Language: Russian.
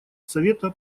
совета